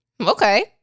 okay